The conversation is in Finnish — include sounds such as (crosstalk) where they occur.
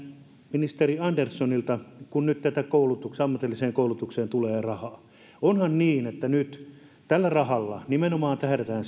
ministeri anderssonilta kun nyt ammatilliseen koulutukseen tulee rahaa onhan niin että nyt tällä rahalla nimenomaan tähdätään (unintelligible)